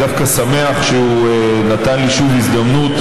אני דווקא שמח שהוא נתן לי שוב הזדמנות